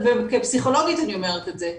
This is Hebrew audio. ואני אומרת את זה כפסיכולוגית,